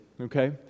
okay